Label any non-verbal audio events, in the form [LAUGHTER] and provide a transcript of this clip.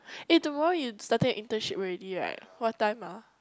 [BREATH] eh tomorrow you starting your internship already right what time ah